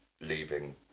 leaving